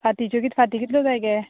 फांतीच्यो कित् फांती कितल्यो जाय गे